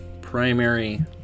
primary